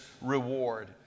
reward